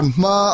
ma